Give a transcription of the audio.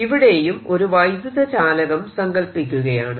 ഇവിടെയും ഒരു വൈദ്യുത ചാലകം സങ്കല്പിക്കുകയാണ്